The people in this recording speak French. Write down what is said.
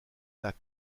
lac